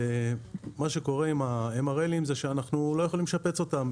מה שקורה עם ה-MRL זה שאנחנו לא יכולים לשפץ אותן.